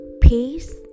peace